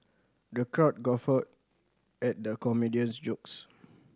the crowd guffawed at the comedian's jokes